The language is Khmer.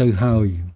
ទៅហើយ។